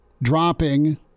Dropping